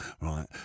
right